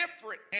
different